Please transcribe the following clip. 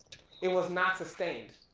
it was not sustained.